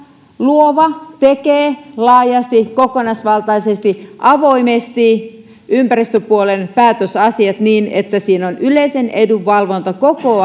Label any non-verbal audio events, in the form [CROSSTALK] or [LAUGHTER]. luova tekee laajasti kokonaisvaltaisesti avoimesti ympäristöpuolen päätösasiat niin että siinä on yleisen edun valvonta koko [UNINTELLIGIBLE]